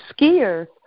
skiers